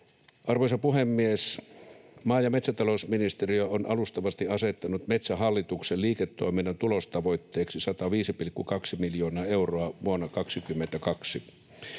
Arvoisa puhemies! Maa‑ ja metsätalousministeriö on alustavasti asettanut Metsähallituksen liiketoiminnan tulostavoitteeksi 105,2 miljoonaa euroa vuonna 22.